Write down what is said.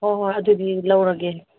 ꯍꯣꯏ ꯍꯣꯏ ꯑꯗꯨꯗꯤ ꯂꯧꯔꯒꯦ